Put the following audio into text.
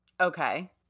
Okay